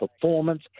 performance